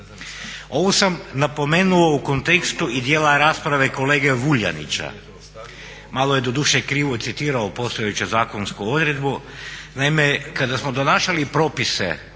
Ovo sam napomenuo u kontekstu i dijela rasprave kolege Vuljanića, malo je doduše krivo citirao postojeću zakonsku odredbu, naime kada smo donašali propise